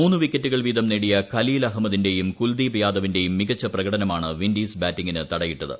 മൂന്നു വിക്കറ്റുകൾ വീതം നേടിയ ഖലീൽ അഹമ്മദിന്റെയും കുൽദീപ് യാദവിന്റെയും മികച്ച പ്രകടനമാണ് വിൻഡീസ് ബാറ്റിംഗിന് തടയിട്ടത്